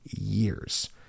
years